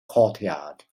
courtyard